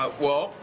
ah well,